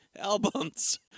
albums